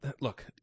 look